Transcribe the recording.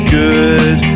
good